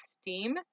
steam